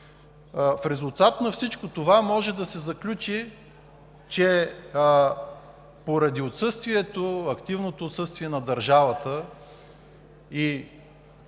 В резултат на всичко това може да се заключи, че поради активното отсъствие на държавата и